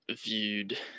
viewed